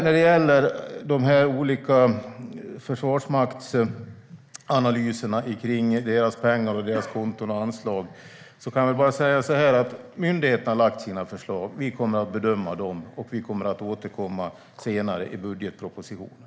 När det gäller de olika försvarsmaktsanalyserna av deras pengar, konton och anslag kan jag bara säga: Myndigheten har lagt sina förslag. Vi kommer att bedöma dem och återkomma senare i budgetpropositionen.